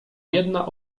jedna